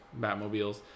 batmobiles